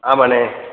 ஆமாண்ணே